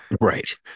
right